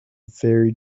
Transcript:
very